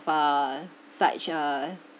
uh such a